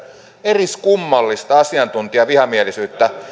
eriskummallista asiantuntijavihamielisyyttä